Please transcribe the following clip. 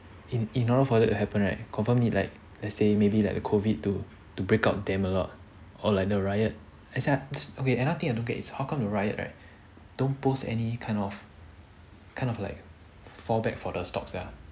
in in order for it to happen right confirm need like let's say maybe that the COVID to to break out damn a lot or like the riot that's why okay another thing I don't get is how come the riot right don't post any kind of kind of like fallback for the stocks sia